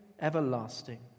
everlasting